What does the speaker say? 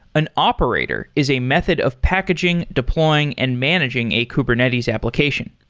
an operator is a method of packaging, deploying and managing a kubernetes application.